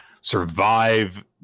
survive